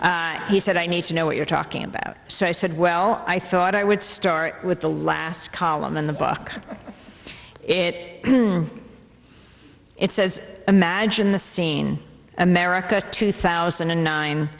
he said i need to know what you're talking about so i said well i thought i would start with the last column in the book it it says imagine the scene america two thousand and nine